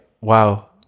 wow